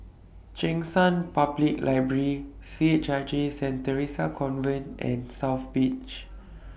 Cheng San Public Library C H I J Saint Theresa's Convent and South Beach